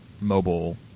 mobile